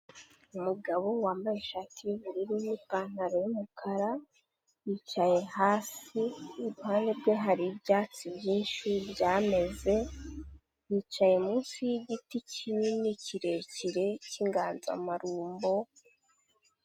Umugabo wambaye ishati y'ubururu n'ipantaro y'umukara yicaye hasi, iruhande rwe hari ibyatsi byinshi byameze, yicaye munsi y'igiti kinini kirekire cy'inganzamarumbo.